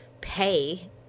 pay